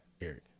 Eric